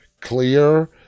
clear